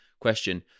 question